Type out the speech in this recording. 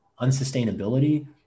unsustainability